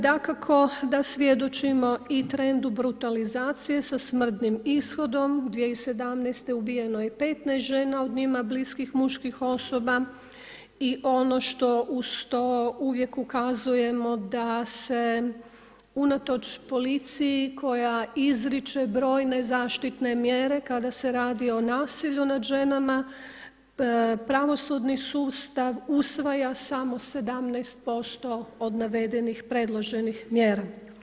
Dakako da svjedočimo i trendu brutalizacije sa smrtnim ishodom, 2017. ubijeno je 15 žena od njima bliskih muških osoba i ono što uz to uvijek ukazujemo da se unatoč policiji koja izriče brojne zaštitne mjere kada se radi o nasilju nad ženama, pravosudni sustav usvaja samo 17% od navedenih predloženih mjera.